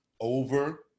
over